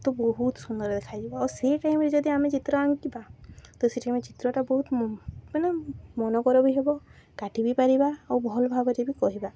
ତ ବହୁତ ସୁନ୍ଦର ଦେଖାଯିବ ଆଉ ସେଇ ଟାଇମରେ ଯଦି ଆମେ ଚିତ୍ର ଆଙ୍କିବା ତ ସେଇ ଟାଇମ ଚିତ୍ରଟା ବହୁତ ମାନେ ମନୋକର ବି ହେବ କାଠି ବି ପାରିବା ଆଉ ଭଲ୍ ଭାବରେ ବି କହିବା